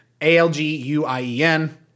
A-L-G-U-I-E-N